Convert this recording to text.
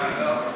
לא.